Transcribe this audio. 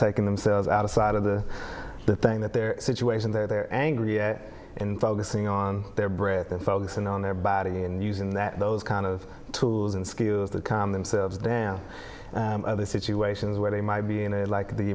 taking themselves out of sight of the the thing that their situation they're angry and focusing on their breath and focusing on their body and using that those kind of tools and skills to calm themselves down other situations where they might be in it like the